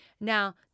Now